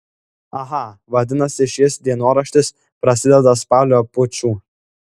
aha vadinasi šis dienoraštis prasideda spalio puču